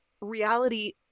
reality